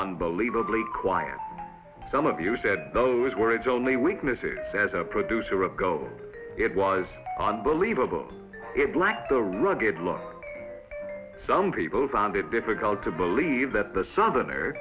unbelievably quiet some of you said those words only weaknesses as a producer of go it was unbelievable it lacked the rugged look some people found it difficult to believe that the southerner